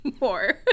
more